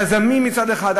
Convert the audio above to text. היזמים מצד אחד,